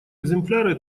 экземпляры